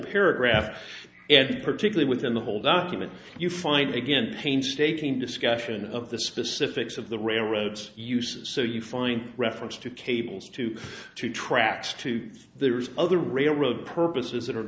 paragraph and particularly within the whole document you find again painstaking discussion of the specifics of the railroads uses so you find reference to cables to two tracks to the other railroad purposes that are